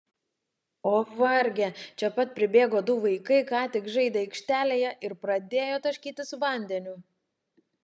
o varge čia pat pribėgo du vaikai ką tik žaidę aikštelėje ir pradėjo taškytis vandeniu